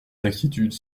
d’inquiétude